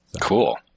Cool